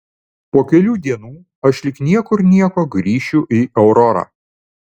po kelių dienų aš lyg niekur nieko grįšiu į aurorą